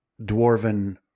dwarven